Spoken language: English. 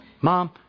Mom